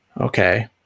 Okay